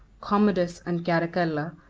commodus, and caracalla,